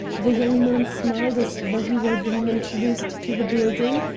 the young man smiled as though he were being introduced to the building,